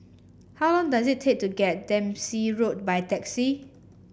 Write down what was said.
how long does it take to get Dempsey Road by taxi